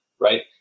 right